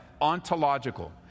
Ontological